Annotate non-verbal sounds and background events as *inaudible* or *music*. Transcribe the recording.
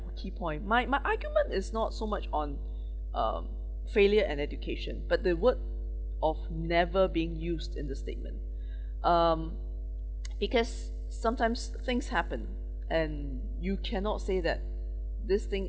key point my my argument is not so much on *breath* um failure and education but the word of never being used in the statement *breath* um *noise* because sometimes things happen and you cannot say that this thing